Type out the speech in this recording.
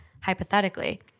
hypothetically